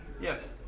Yes